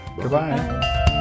Goodbye